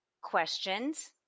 questions